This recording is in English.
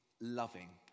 loving